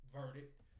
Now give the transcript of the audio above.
verdict